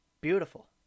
Beautiful